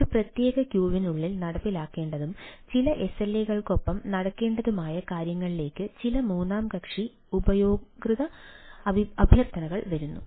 ഒരു പ്രത്യേക ക്യൂവിനുള്ളിൽ നടപ്പിലാക്കേണ്ടതും ചില SLA കൾക്കൊപ്പം നൽകേണ്ടതുമായ കാര്യങ്ങളിലേക്ക് ചില മൂന്നാം കക്ഷി ഉപയോക്തൃ അഭ്യർത്ഥനകൾ വരുന്നു